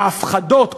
ההפחדות,